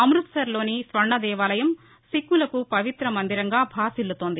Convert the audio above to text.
అమృత్సర్లోని స్వర్ణ దేవాలయం సిక్కులకు పవిత మందిరంగా భాసిల్లుతోంది